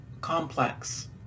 complex